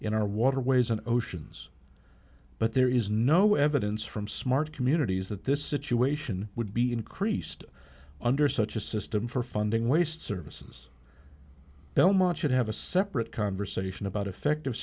in our waterways and oceans but there is no evidence from smart communities that this situation would be increased under such a system for funding waste services belmont should have a separate conversation about effective